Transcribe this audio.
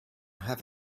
have